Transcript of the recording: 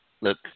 Look